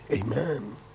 Amen